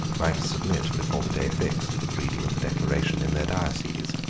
might submit before the day fixed for the reading of the declaration in their dioceses,